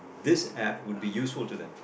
this App would be useful to them